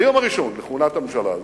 היום הראשון לכהונת הממשלה הזאת,